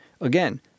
again